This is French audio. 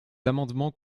amendements